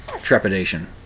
trepidation